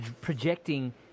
projecting